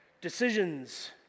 decisions